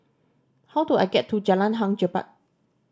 how do I get to Jalan Hang Jebat